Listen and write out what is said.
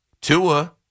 Tua